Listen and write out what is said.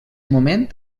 moment